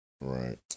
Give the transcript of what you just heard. Right